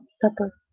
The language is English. supper